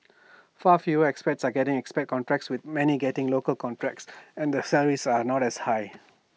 far fewer expats are getting expat contracts with many getting local contracts and the salaries are not as high